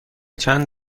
چند